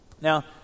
Now